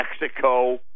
Mexico